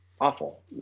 awful